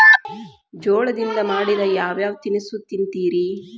ಜೋಳದಿಂದ ಮಾಡಿದ ಯಾವ್ ಯಾವ್ ತಿನಸು ತಿಂತಿರಿ?